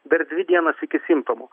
dar dvi dienas iki simptomų